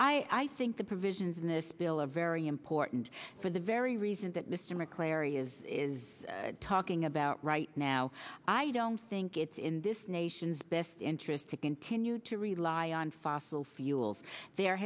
i think the provisions in this bill are very important for the very reason that mr mcclary is is talking about right now i don't think it's in this nation's best interest to continue to rely on fossil fuels there